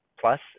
plus